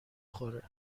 خوره